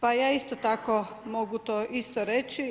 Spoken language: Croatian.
Pa ja isto tako mogu to isto reći.